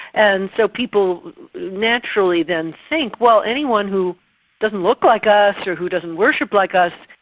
and so people naturally then think, well anyone who doesn't look like us, or who doesn't worship like us,